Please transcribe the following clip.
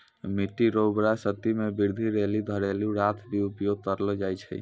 मिट्टी रो उर्वरा शक्ति मे वृद्धि लेली घरेलू राख भी उपयोग करलो जाय छै